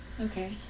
Okay